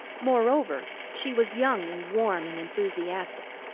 moreover she was young and warm and enthusiastic.